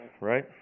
right